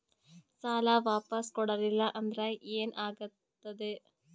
ಸಾಲ ವಾಪಸ್ ಕೊಡಲಿಲ್ಲ ಅಂದ್ರ ಏನ ಆಗ್ತದೆ?